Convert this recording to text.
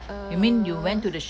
err